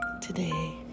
Today